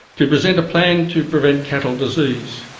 to present a plan to prevent cattle disease,